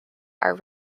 are